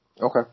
Okay